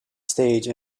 stage